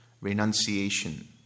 Renunciation